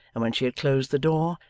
and when she had closed the door,